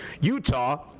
Utah